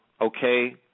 okay